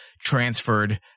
transferred